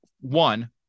one